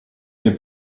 miei